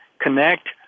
Connect